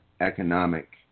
economic